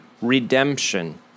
redemption